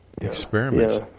Experiments